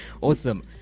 Awesome